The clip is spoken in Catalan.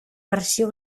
versió